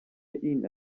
این